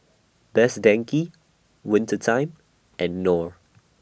Best Denki Winter Time and Knorr